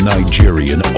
Nigerian